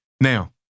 Now